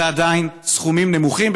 זה עדיין סכומים נמוכים,